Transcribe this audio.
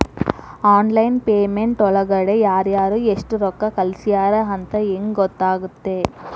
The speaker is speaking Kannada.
ಆನ್ಲೈನ್ ಪೇಮೆಂಟ್ ಒಳಗಡೆ ಯಾರ್ಯಾರು ಎಷ್ಟು ರೊಕ್ಕ ಕಳಿಸ್ಯಾರ ಅಂತ ಹೆಂಗ್ ಗೊತ್ತಾಗುತ್ತೆ?